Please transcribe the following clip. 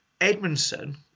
Edmondson